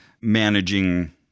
managing